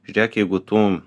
žiūrėk jeigu tu